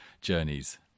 journeys